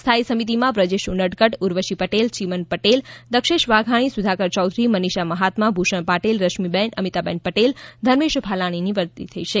સ્થાથી સમિતિમાં વ્રજેશ ઉનડકટ ઉર્વશી પટેલ ચીમન પટેલ દક્ષેશ વાઘાણી સુધાકર ચૌધરી મનીષા મહાત્મા ભૂષણ પાટીલ રશ્મિબેન અમીતાબેન પટેલ ધર્મેશ ભાલાળાની વરણી થઇ છે